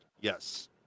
yes